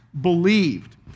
believed